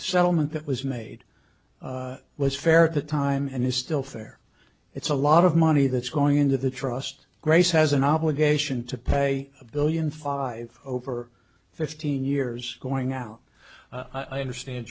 settlement that was made was fair at the time and it's still fair it's a lot of money that's going into the trust grace has an obligation to pay a billion five over fifteen years going out i understand